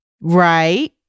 Right